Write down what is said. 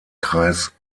kreis